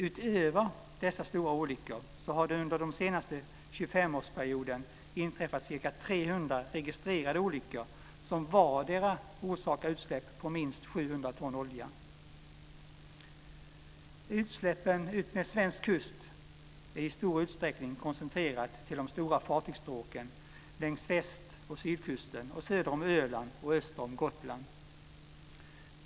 Utöver dessa stora olyckor har det under den senaste 25 årsperioden inträffat ca 300 registrerade olyckor som vardera har orsakat utsläpp på minst 700 ton olja. Utsläppen utmed den svenska kusten är i stor utsträckning koncentrerade till de stora fartygsstråken längs väst och sydkusten, söder om Öland och öster om Gotland.